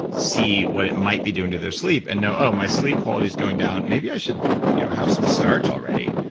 see what it might be doing to their sleep and know, oh, my sleep quality is going down maybe i should you know have some starch already.